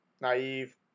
naive